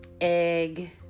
egg